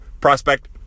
prospect